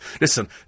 Listen